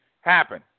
happen